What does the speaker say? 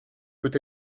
peut